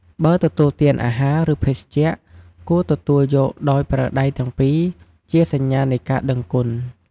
បើទទួលបានអាហារ ឬភេសជ្ជៈ គួរទទួលយកដោយប្រើដៃទាំងពីរជាសញ្ញានៃការដឹងគុណ។